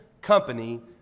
company